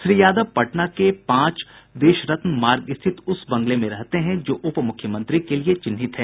श्री यादव पटना के पांच देशरत्न मार्ग स्थित उस बंगले में रहते हैं जो उप मुख्यमंत्री के लिए चिन्हित है